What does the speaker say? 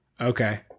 Okay